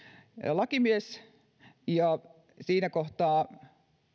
lakimies ja siinä kohtaa